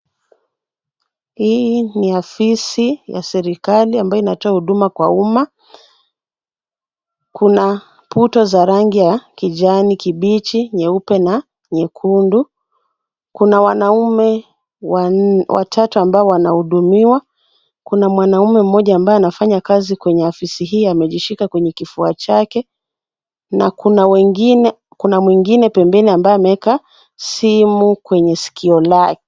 Hii ni afisi ya serikali ambayo inatoa huduma kwa umma, kuna puto za rangi ya kijani kibichi ,nyeupe na nyekundu ,kuna wanaume watatu ambao wanahudumiwa ,kuna mwanamme mmoja ambaye anafanya katika kwenye afisi hii amejishika kwenye kifua chake, na kuna mwingine pembeni ameweka simu kwenye sikio lake.